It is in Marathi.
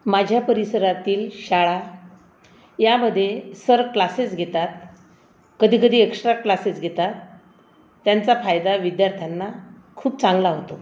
माझ्या परिसरातील शाळा यामध्ये सर क्लासेस घेतात कधीकधी एक्स्ट्रा क्लासेस घेतात त्यांचा फायदा विद्यार्थांना खूप चांगला होतो